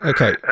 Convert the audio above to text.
Okay